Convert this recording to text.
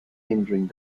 hindering